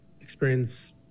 experience